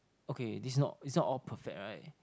okay this not it's not all perfect right